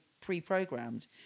pre-programmed